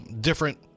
different